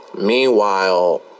Meanwhile